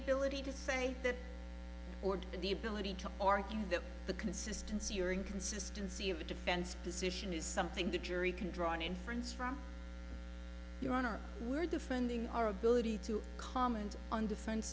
ability to say that or the ability to argue that the consistency or inconsistency of a defense position is something the jury can draw an inference from your honor we're defending our ability to comment on defen